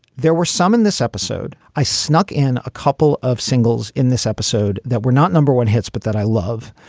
there were some in this episode. i snuck in a couple of singles in this episode that we're not number one hits, but that i love.